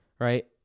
right